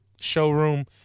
showroom